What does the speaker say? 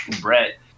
Brett